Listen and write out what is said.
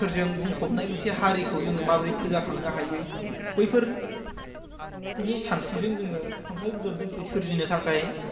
फोरजों बुंफबनाय मोनसे हारिखौ जोङो माबोरै फोजाखांनो हायो बैफोरनि सास्रिजों जोङो खन्थाइ बिजाब दोंसे सोरजिनो थाखाय